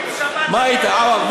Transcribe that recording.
אם, מה, היית עָוָר?